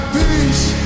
peace